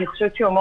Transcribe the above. הוא חשוב מאוד.